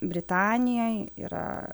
britanijoj yra